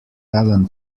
alan